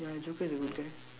ya joker is a good guy